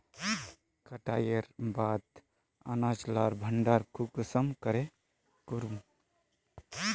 कटाईर बाद अनाज लार भण्डार कुंसम करे करूम?